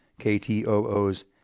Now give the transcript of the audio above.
KTOO's